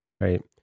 Right